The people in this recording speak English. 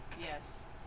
Yes